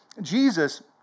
Jesus